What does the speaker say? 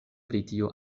britio